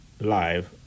live